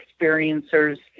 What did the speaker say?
experiencers